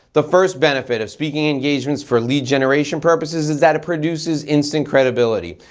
the first benefit of speaking engagements for lead generation purposes is that it produces instant credibility.